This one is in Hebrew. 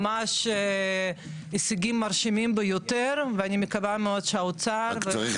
ממש הישגים מרשימים ביותר ואני מקווה מאוד שהאוצר --- רק צריך